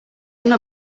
una